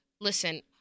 listen